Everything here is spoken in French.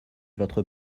votre